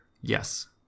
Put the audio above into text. Yes